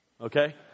Okay